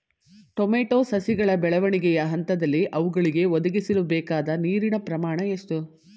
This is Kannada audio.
ಟೊಮೊಟೊ ಸಸಿಗಳ ಬೆಳವಣಿಗೆಯ ಹಂತದಲ್ಲಿ ಅವುಗಳಿಗೆ ಒದಗಿಸಲುಬೇಕಾದ ನೀರಿನ ಪ್ರಮಾಣ ಎಷ್ಟು?